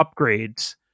upgrades